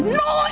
no